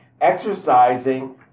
exercising